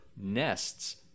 nests